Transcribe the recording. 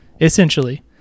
Essentially